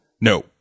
No